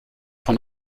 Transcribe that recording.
von